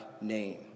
name